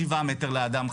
שבעה מטר לאדם,